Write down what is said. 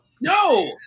No